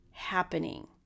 happening